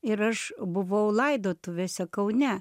ir aš buvau laidotuvėse kaune